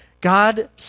God